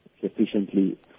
sufficiently